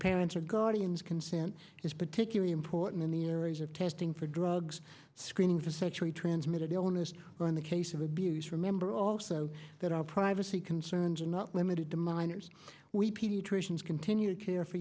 parents or guardians consent is particularly important in the areas of testing for drugs screening for surgery transmitted illness or in the case of abuse remember also that our privacy concerns are not limited to minors we pediatricians continue to care for